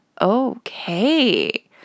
okay